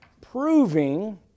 Proving